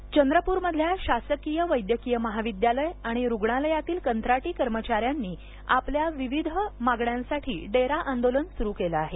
आंदोलन चंद्रप्रमधल्या शासकीय वैद्यकीय महाविद्यालय आणि रुग्णालयातील कंत्राटी कर्मचाऱ्यांनी आपल्या विविध मागण्यासाठी डेरा आंदोलन सुरु केलं आहे